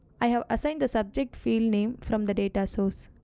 i have assigned the subject field name from the data source.